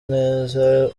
neza